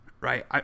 right